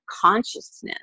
consciousness